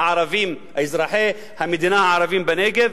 אזרחי המדינה הערבים בנגב,